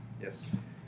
Yes